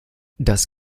das